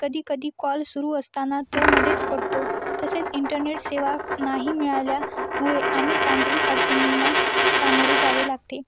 कधी कधी कॉल सुरू असताना तो मधीच कटतो तसेच इंटरनेट सेवा नाही मिळाल्या मुळे अनेक तांत्रिक अडचणींना सामोरे जावे लागते